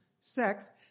sect